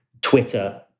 Twitter